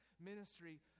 ministry